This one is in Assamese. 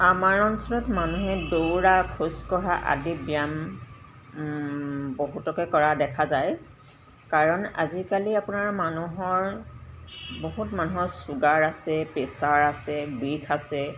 আমাৰ অঞ্চলত মানুহে দৌৰা খোজকঢ়া আদি ব্যায়াম বহুতকে কৰা দেখা যায় কাৰণ আজিকালি আপোনাৰ মানুহৰ বহুত মানুহৰ চুগাৰ আছে প্ৰেছাৰ আছে বিষ আছে